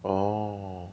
orh